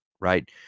right